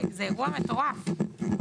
זה אירוע מטורף.